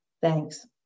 Thanks